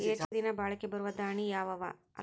ಹೆಚ್ಚ ದಿನಾ ಬಾಳಿಕೆ ಬರಾವ ದಾಣಿಯಾವ ಅವಾ?